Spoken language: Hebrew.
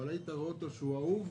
ראית שהוא אהוב,